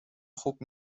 خوب